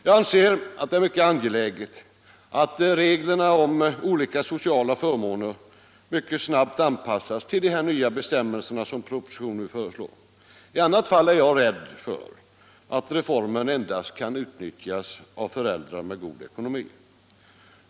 Jag anser att det är mycket angeläget att reglerna om olika sociala förmåner mycket snabbt anpassas till de nya bestämmelser som anges i propositionen. I annat fall är jag rädd för att reformen endast kan utnyttjas av föräldrar med god ekonomi.